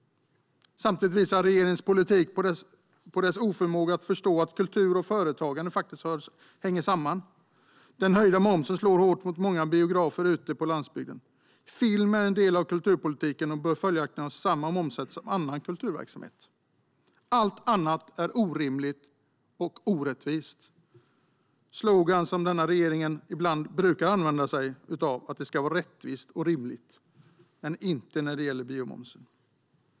Samtidigt visar regeringens politik på dess oförmåga att förstå att kultur och företagande hänger samman. Den höjda momsen slår hårt mot många biografer ute på landsbygden. Film är en del av kulturpolitiken och bör följaktligen ha samma momssats som annan kulturverksamhet. Allt annat är orimligt och orättvist. En slogan som regeringen annars brukar använda är "Rättvist och rimligt". Detta gäller inte biomomsen.